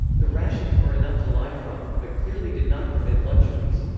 the rations were enough to live from, but clearly did not permit luxuries.